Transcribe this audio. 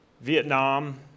Vietnam